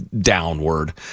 downward